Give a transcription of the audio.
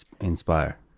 inspire